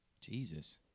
Jesus